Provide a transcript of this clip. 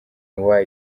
why